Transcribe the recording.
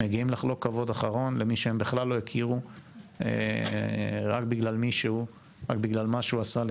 מגיעים לחלוק כבוד אחרון למי שהם בכלל לא הכירו רק בגלל מה שהוא עשה,